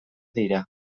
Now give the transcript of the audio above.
dira